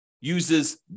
uses